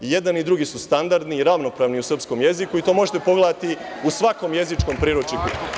I jedan i drugi su standardni i ravnopravni u srpskom jeziku i to možete pogledati u svakom jezičkom priručniku.